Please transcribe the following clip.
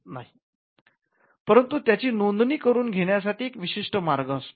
परंतु त्याची नोंदणी करून घेण्यासाठी एक विशिष्ट मार्ग असतो